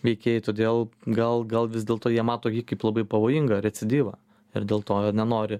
veikėjai todėl gal gal vis dėlto jie mato jį kaip labai pavojingą recidyvą ir dėl to nenori